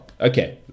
okay